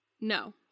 No